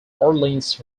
orleans